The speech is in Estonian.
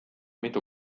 mitu